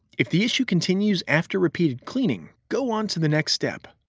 if the issue continues after repeated cleaning, go on to the next step.